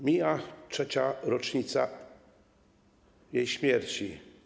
Mija trzecia rocznica jej śmierci.